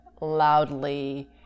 loudly